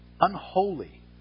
unholy